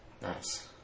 Nice